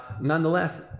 Nonetheless